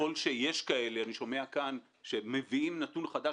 ככל שיש כאלה אני שומע כאן שמביאים נתון חדש,